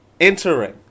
entering